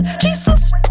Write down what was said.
Jesus